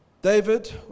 David